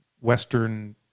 Western